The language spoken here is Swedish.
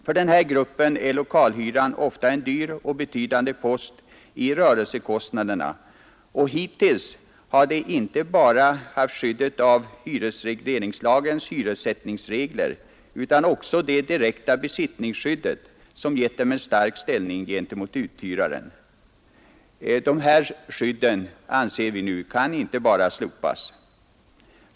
För denna grupp är lokalhyran ofta en dyr och betydande post i rörelsekostnaderna, och hittills har man inte bara haft skyddet av hyresregleringslagens hyressättningsregler utan också det direkta besittningsskyddet, som gett en stark ställning gentemot uthyraren. Dessa skydd, anser vi nu, kan inte bara slopas.